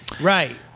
Right